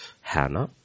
Hannah